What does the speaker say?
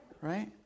Right